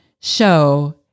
show